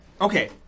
Okay